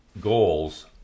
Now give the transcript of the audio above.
goals